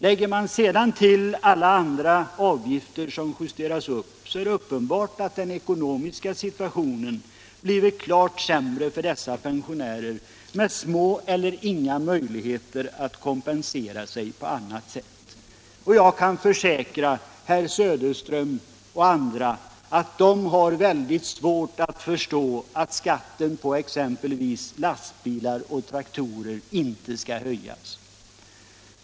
Lägger man sedan till alla andra avgifter som justerats upp, är det uppenbart att den ekonomiska situationen har blivit klart sämre för dessa pensionärer med små eller inga möjligheter att kompensera sig på annat sätt. Jag kan försäkra herr Söderström och andra att dessa människor har svårt att förstå att inte skatten på exempelvis lastbilar och traktorer skall höjas.